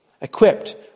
equipped